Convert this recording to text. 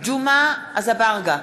ג'מעה אזברגה,